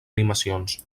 animacions